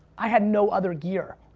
i had no other gear,